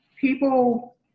people